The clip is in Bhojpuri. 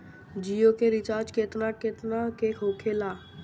जियो के रिचार्ज केतना केतना के होखे ला?